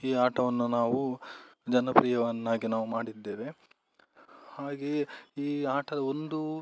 ಈ ಆಟವನ್ನು ನಾವು ಜನಪ್ರಿಯವನ್ನಾಗಿ ನಾವು ಮಾಡಿದ್ದೇವೆ ಹಾಗೇ ಈ ಆಟ ಒಂದು